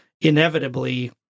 inevitably